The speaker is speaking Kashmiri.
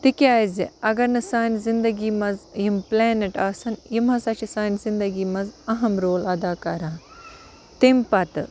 تِکیٛازِ اگر نہٕ سانہِ زِنٛدگی منٛز یِم پُلینٮ۪ٹ آسان یِم ہَسا چھِ سانہِ زِنٛدگی منٛز اہم رول ادا کَران تَمہِ پَتہٕ